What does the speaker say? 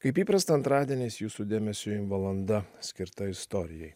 kaip įprasta antradieniais jūsų dėmesiui valanda skirta istorijai